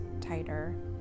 tighter